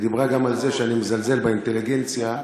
על זה שאני מזלזל באינטליגנציה.